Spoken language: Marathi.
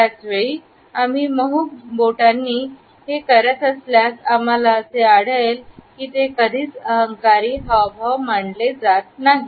त्याच वेळी आम्ही मऊ बोटांनी हे करत असल्यास आम्हाला असे आढळले आहे की ते कधीच अहंकारी हावभाव मानले जात नाही